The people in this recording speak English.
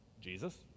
Jesus